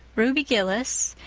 ruby gillis,